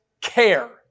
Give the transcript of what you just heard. care